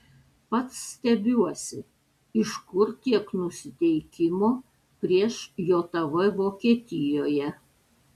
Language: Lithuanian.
pats stebiuosi iš kur tiek nusiteikimo prieš jav vokietijoje